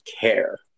care